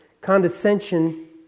condescension